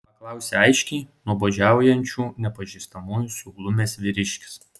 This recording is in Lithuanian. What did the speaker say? paklausė aiškiai nuobodžiaujančių nepažįstamųjų suglumęs vyriškis